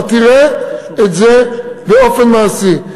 ואתה תראה את זה באופן מעשי,